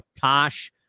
Tosh